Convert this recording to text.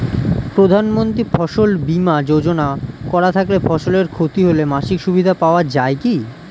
প্রধানমন্ত্রী ফসল বীমা যোজনা করা থাকলে ফসলের ক্ষতি হলে মাসিক সুবিধা পাওয়া য়ায় কি?